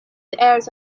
airs